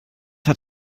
hat